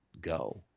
go